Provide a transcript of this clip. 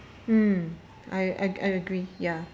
hmm I ag~ I agree ya